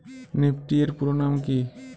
Nifty এর পুরোনাম কী?